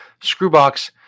Screwbox